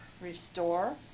Restore